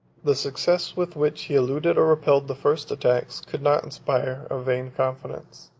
the success with which he eluded or repelled the first attacks, could not inspire a vain confidence,